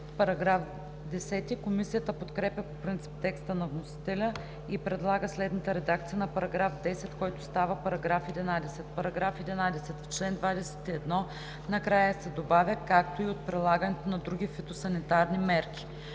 БЕЛОВА: Комисията подкрепя по принцип текста на вносителя и предлага следната редакция на § 10, който става § 11: „§ 11. В чл. 21 накрая се добавя „както и от прилагането на други фитосанитарни мерки“.